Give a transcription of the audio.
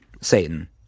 satan